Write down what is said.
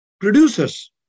producers